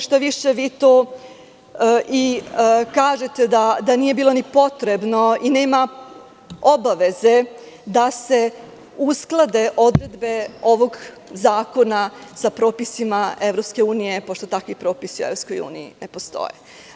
Šta više, vi i kažete da nije ni potrebno i nema obaveze da se usklade odredbe ovog zakona sa propisima EU, pošto takvi propisi u EU ne postoje.